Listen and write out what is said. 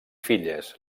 filles